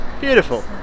Beautiful